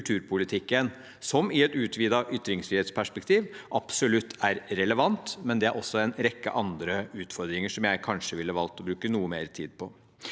som i et utvidet ytringsfrihetsperspektiv absolutt er relevant, men det er også en rekke andre utfordringer som jeg kanskje ville valgt å bruke noe mer tid på.